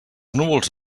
núvols